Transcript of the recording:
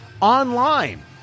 online